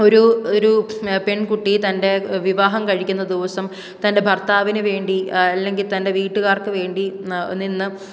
ഒരു ഒരു പെൺകുട്ടി തൻ്റെ വിവാഹം കഴിക്കുന്ന ദിവസം തൻ്റെ ഭർത്താവിന് വേണ്ടി അല്ലെങ്കിൽ തൻ്റെ വീട്ടുകാർക്ക് വേണ്ടി നിന്ന്